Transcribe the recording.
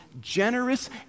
generous